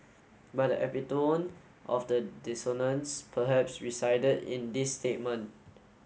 but the of the dissonance perhaps resided in this statement